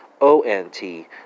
O-N-T